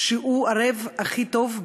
שהוא הערב הכי טוב,